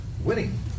Winning